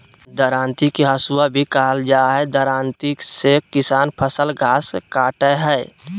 दरांती के हसुआ भी कहल जा हई, दरांती से किसान फसल, घास काटय हई